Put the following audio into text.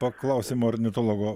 paklausim ornitologo